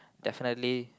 definitely